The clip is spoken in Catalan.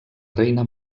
reina